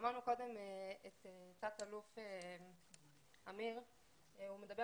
שמענו קודם את תת-אלוף אמיר ודמני מדבר